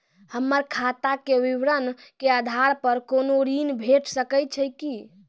हमर खाता के विवरण के आधार प कुनू ऋण भेट सकै छै की?